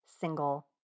single